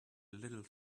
little